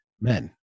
men